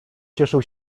cieszył